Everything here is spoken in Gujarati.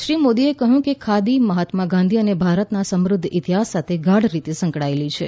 શ્રી મોદીએ કહ્યું કે ખાદી મહાત્મા ગાંધી અને ભારતના સમૃદ્ધ ઇતિહાસ સાથે ગાઢ રીતે સંકળાયેલી છે